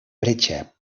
bretxa